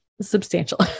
substantial